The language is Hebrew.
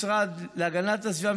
המשרד להגנת הסביבה,